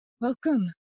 Welcome